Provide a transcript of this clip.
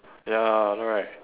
ya I know right